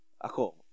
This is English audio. Ako